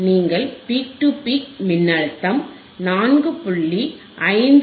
நீங்கள் peak to peak மின்னழுத்தம் 4